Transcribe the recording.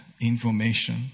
information